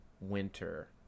winter